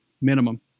Minimum